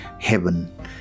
heaven